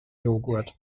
jogurt